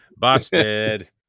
Busted